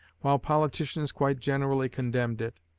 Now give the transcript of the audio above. while politicians quite generally condemned it.